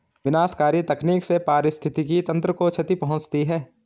विनाशकारी तकनीक से पारिस्थितिकी तंत्र को क्षति पहुँचती है